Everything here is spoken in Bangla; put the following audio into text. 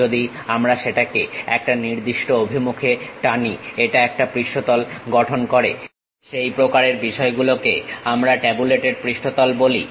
যদি আমরা সেটাকে একটা নির্দিষ্ট অভিমুখে টানি এটা একটা পৃষ্ঠতল গঠন করে সেই প্রকারের বিষয়গুলোকে আমরা ট্যাবুলেটেড পৃষ্ঠতল বলে থাকি